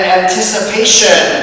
anticipation